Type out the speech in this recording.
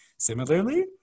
Similarly